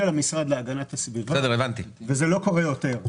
המשרד להגנת הסביבה וזה לא קורה יותר.